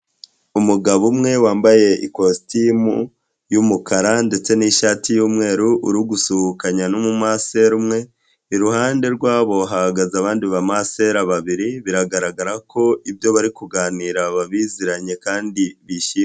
Umugabo umwe wambaye ikositimu y'umukara ndetse n'ishati y'umweru uri gusuhuzanya n'umumansera umwe, iruhande rwabo hahagaze abandi bamansera babiri biragaragara ko ibyo bari kuganira babiziranye kandi bishimye.